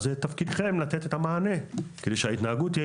אז מתפקידכם לתת את המענה כדי שההתנהגות תהיה